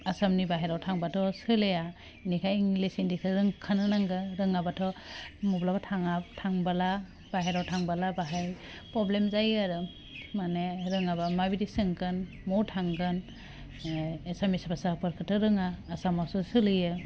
आसामनि बायहेराव थांबाथ' सोलिया बेनिखाय इंलिस हिन्दीखौ रोंखानो नांगौ रोङाबाथ' माब्लाबा थाङा थांबोला बाहेराव थांबोला बाहाय प्रब्लेम जायो आरो माने रोङाबा माबादि सोंगोन बबाव थांगोन एसामिस भाषाफोरखौथ' रोङा आसामावसो सोलियो